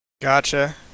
Gotcha